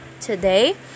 today